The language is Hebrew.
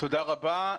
תודה רבה.